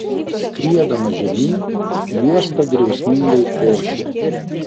skriedama žemyn juosta griausmingai ošė